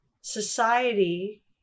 society